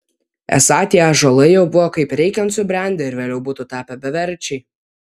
esą tie ąžuolai jau buvo kaip reikiant subrendę ir vėliau būtų tapę beverčiai